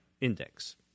index